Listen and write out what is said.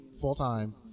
full-time